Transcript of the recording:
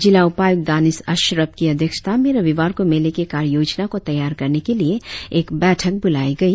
जिला उपायुक्त दानिश अशरफ की अध्यक्षता में रविवार को मेले के कार्य योजना को तैयार करने के लिए एक बैठक बुलाई गई